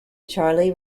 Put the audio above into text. charlie